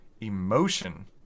emotion